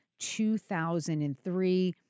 2003